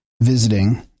visiting